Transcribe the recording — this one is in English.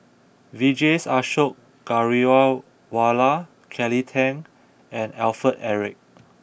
Vijesh Ashok Ghariwala Kelly Tang and Alfred Eric